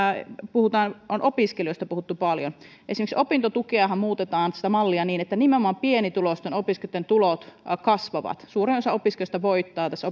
on opiskelijoista puhuttu paljon esimerkiksi opintotukeahan muutetaan sitä mallia niin että nimenomaan pienituloisten opiskelijoitten tulot kasvavat suurin osa opiskelijoista voittaa tässä